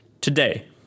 today